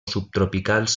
subtropicals